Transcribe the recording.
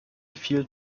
field